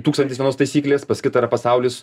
tūkstantis vienos taisyklės pas kitą yra pasaulis